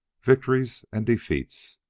victories, and defeats.